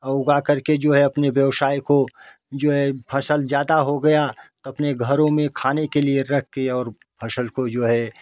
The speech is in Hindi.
और उगा करके जो है अपने व्यवसाय को जो है फसल ज़्यादा है गया तो अपने घरो में खाने के लिए रख के और फसल को जो है